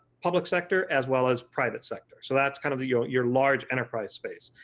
public sector as well as private sector, so that's kind of your your large enterprise space.